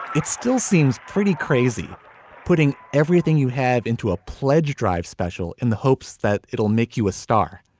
it still seems pretty crazy putting everything you have into a pledge drive special in the hopes that it'll make you a star.